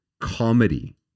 comedy